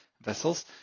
vessels